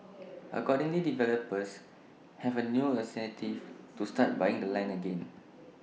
accordingly developers have A new incentive to start buying the land again